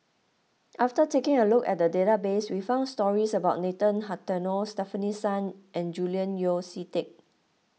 after taking a look at the database we found stories about Nathan Hartono Stefanie Sun and Julian Yeo See Teck